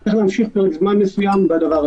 הלכנו מתוך כבוד לכנסת.